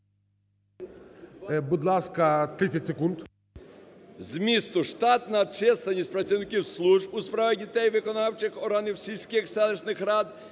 Будь ласка, 30 секунд. СПОРИШ І.Д. … змісту "штатна чисельність працівників служб у справах дітей виконавчих органів сільських, селищних рад,